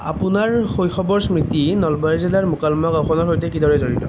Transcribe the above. আপোনাৰ শৈশৱৰ স্মৃতি নলবাৰী জিলাৰ মোকালমোৱা গাঁওখনৰ সৈতে কিদৰে জড়িত